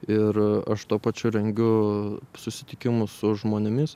ir aš tuo pačiu rengiu susitikimus su žmonėmis